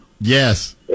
Yes